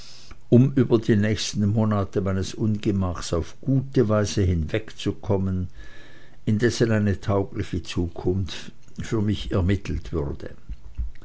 um über die nächsten monate meines ungemaches auf gute weise hinwegzukommen indessen eine taugliche zukunft für mich ermittelt würde